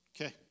Okay